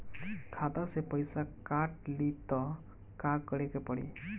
खाता से पैसा काट ली त का करे के पड़ी?